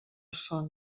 son